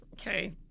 Okay